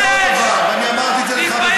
אני אגיד לך עוד דבר, ואני אמרתי את זה לך בוועדה.